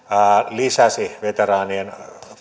lisäsi veteraanien